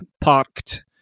parked